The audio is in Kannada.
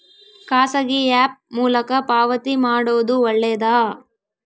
ಖಾಸಗಿ ಆ್ಯಪ್ ಮೂಲಕ ಪಾವತಿ ಮಾಡೋದು ಒಳ್ಳೆದಾ?